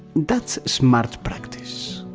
that's smart practice!